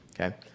Okay